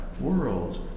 world